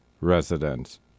residents